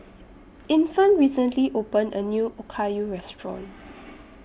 Infant recently opened A New Okayu Restaurant